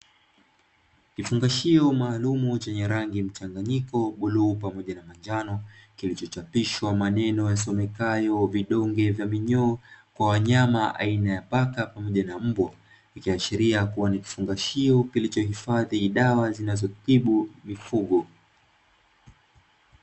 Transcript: Kifungashio maalumu chenye rangi mchanganyiko bluu pamoja na njano, kilichochapishwa maneno yasomekayo "vidonge vya minyoo" kwa wanyama aina ya paka pamoja na mbwa, ikiashiria kuwa ni kifungashio kilichohifadhi dawa zinazotibu mifugo.